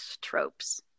tropes